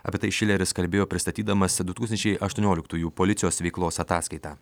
apie tai šileris kalbėjo pristatydamas du tūkstančiai aštuonioliktųjų policijos veiklos ataskaitą